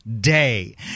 day